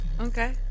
Okay